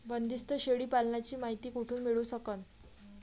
बंदीस्त शेळी पालनाची मायती कुठून मिळू सकन?